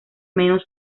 menos